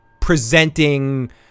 presenting